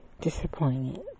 disappointed